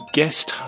guest